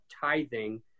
tithing